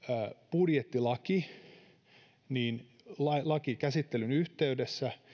budjettilain käsittelyn yhteydessä